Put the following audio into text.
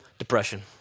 depression